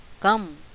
Come